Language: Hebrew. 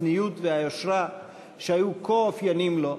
הצניעות והיושרה שהיו כה אופייניות לו,